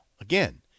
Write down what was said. again